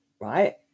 right